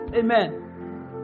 Amen